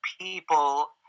people